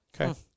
Okay